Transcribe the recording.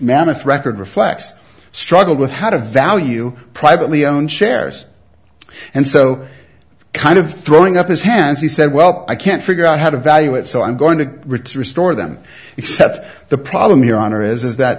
mammoth record reflects struggled with how to value privately owned shares and so kind of throwing up his hands he said well i can't figure out how to value it so i'm going to return restore them except the problem here honor is that